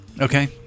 Okay